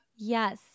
Yes